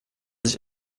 sich